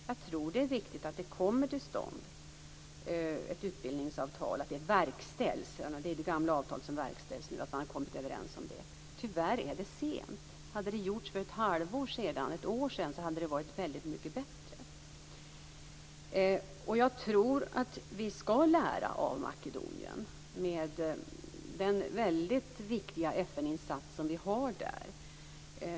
Jag tror att det är viktigt att det kommer till stånd ett utbildningsavtal och att det verkställs. Det är det gamla avtalet som man nu kommit överens om skall verkställas. Tyvärr är det sent. Hade det gjorts för ett halvår eller ett år sedan hade det varit väldigt mycket bättre. Vi skall lära av Makedonien, med den väldigt viktiga FN-insats som vi har där.